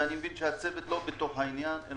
ואני מבין שהצוות לא בתוך העניין.